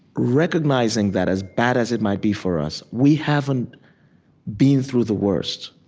recognizing that as bad as it might be for us, we haven't been through the worst,